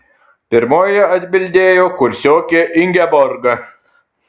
pirmoji atbildėjo kursiokė ingeborga